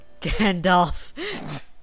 gandalf